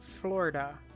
Florida